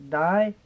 die